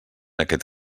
aquest